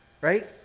right